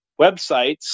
websites